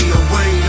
away